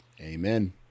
amen